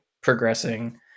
progressing